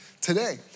today